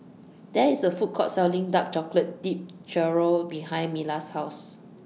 There IS A Food Court Selling Dark Chocolate Dipped Churro behind Milas' House